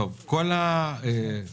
כל הסיפור